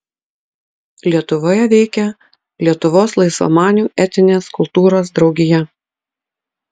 lietuvoje veikė lietuvos laisvamanių etinės kultūros draugija